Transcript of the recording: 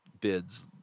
bids